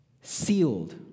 Sealed